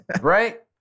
Right